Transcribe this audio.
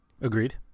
Agreed